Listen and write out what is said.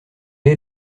est